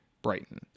brighton